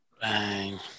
Bang